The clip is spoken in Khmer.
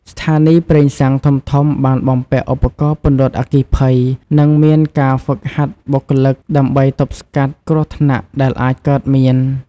ស្ថានីយ៍ប្រេងសាំងធំៗបានបំពាក់ឧបករណ៍ពន្លត់អគ្គិភ័យនិងមានការហ្វឹកហាត់បុគ្គលិកដើម្បីទប់ស្កាត់គ្រោះថ្នាក់ដែលអាចកើតមាន។